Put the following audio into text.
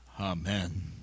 Amen